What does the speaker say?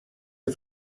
are